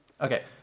okay